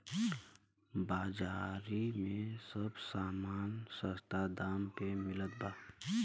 बाजारी में सब समान सस्ता दाम पे मिलत बा